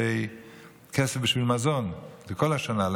כסף בשביל מזון לכל השנה,